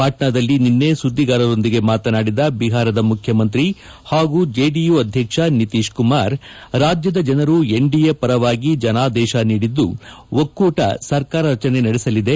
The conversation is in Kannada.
ಪಾಟ್ವಾದಲ್ಲಿ ನಿನ್ನೆ ಸುದ್ದಿಗಾರರೊಂದಿಗೆ ಮಾತನಾಡಿದ ಬಿಹಾರದ ಮುಖ್ಯಮಂತ್ರಿ ಹಾಗೂ ಜೆಡಿಯು ಅಧ್ಯಕ್ಷ ನಿತೀಶ್ ಕುಮಾರ್ ರಾಜ್ಯದ ಜನರು ಎನ್ಡಿಎ ಪರವಾಗಿ ಜನಾದೇಶ ನೀಡಿದ್ದು ಒಕ್ಕೂಟ ಸರ್ಕಾರ ರಚನೆ ನಡೆಸಲಿದೆ